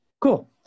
cool